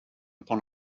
upon